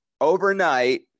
overnight